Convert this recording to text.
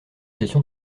question